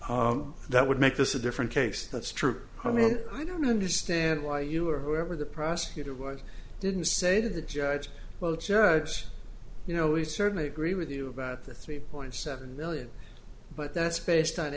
current that would make this a different case that's true i mean i don't understand why you or whoever the prosecutor was didn't say to the judge well judge you know we certainly agree with you about this three point seven million but that's based on